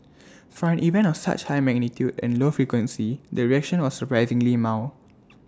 for an event of such high magnitude and low frequency the reaction was surprisingly mild